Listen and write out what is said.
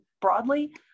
broadly